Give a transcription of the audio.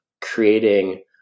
creating